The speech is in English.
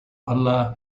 allah